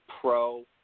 pro